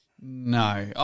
No